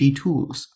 tools